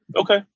Okay